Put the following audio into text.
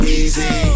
easy